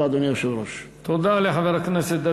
תודה רבה, אדוני היושב-ראש.